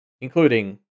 including